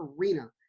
Arena